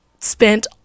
spent